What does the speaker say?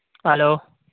hello